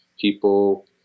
people